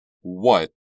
What